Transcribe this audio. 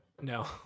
no